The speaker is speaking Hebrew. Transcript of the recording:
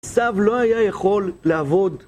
עשיו לא היה יכול לעבוד.